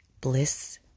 bliss